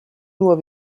nur